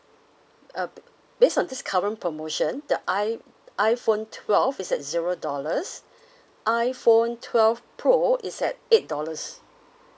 uh based on this current promotion the i~ iphone twelve is at zero dollars iphone twelve pro is at eight dollars